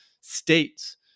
states